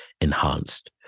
enhanced